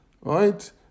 right